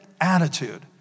attitude